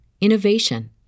innovation